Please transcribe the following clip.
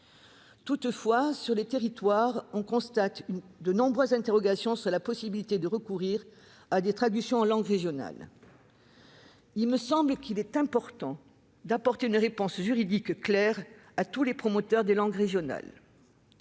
Néanmoins, dans les territoires, on constate de nombreuses interrogations sur la possibilité de recourir à des traductions en langue régionale. Il me paraît important d'apporter une réponse juridique claire à tous les promoteurs de ces langues. Monsieur